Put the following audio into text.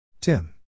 Tim